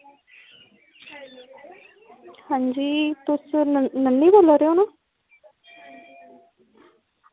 अंजी तुस निम्मी बोल्ला दे ओ ना